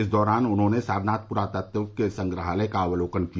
इस दौरान उन्होंने सारनाथ प्रातात्विक संग्रहालय का अवलोकन किया